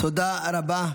תודה רבה.